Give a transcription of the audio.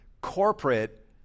corporate